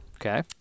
okay